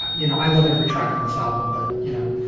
you know, i love every track on this album, but, you know,